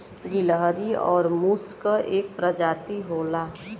गिलहरी आउर मुस क एक परजाती होला